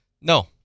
no